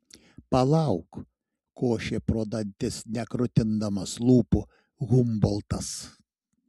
palauk košė pro dantis nekrutindamas lūpų humboltas